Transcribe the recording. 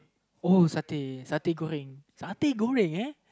oh satay satay Goreng satay Goreng uh